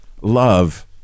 love